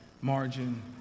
margin